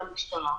על המשטרה.